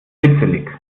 kitzelig